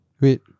Wait